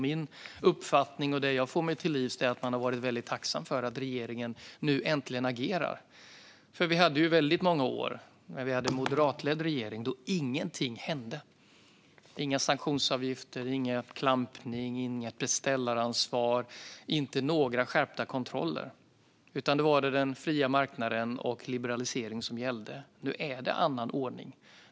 Min uppfattning och det jag får mig till livs är att man har varit väldigt tacksam över att regeringen nu äntligen agerar. Vi hade väldigt många år med en moderatledd regering då ingenting hände: inga sanktionsavgifter, ingen klampning, inget beställaransvar och inga skärpta kontroller. Då var det den fria marknaden och liberalisering som gällde. Nu är det en annan ordning.